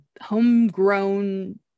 homegrown